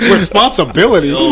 Responsibility